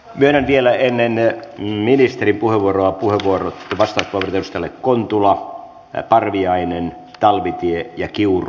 myönnän vielä ennen ministerin puheenvuoroa vastauspuheenvuorot edustajille kontula parviainen talvitie ja kiuru